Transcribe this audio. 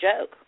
joke